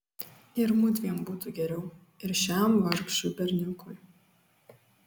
ir mudviem būtų geriau ir šiam vargšui berniukui